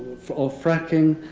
or fracking.